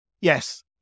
Yes